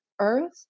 Earth